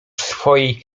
swojej